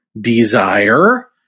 desire